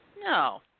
No